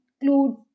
include